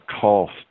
cost